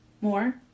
More